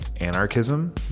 anarchism